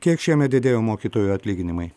kiek šiemet didėjo mokytojų atlyginimai